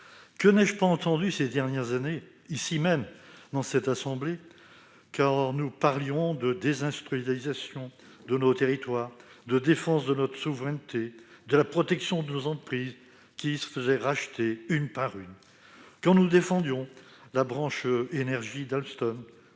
Que n'ai-je pas entendu ces dernières années, ici même, dans cette assemblée, quand nous parlions de la désindustrialisation de nos territoires, de la défense de notre souveraineté, de la protection de nos entreprises, qui se faisaient racheter une par une ; quand nous défendions la branche énergie d'Alstom,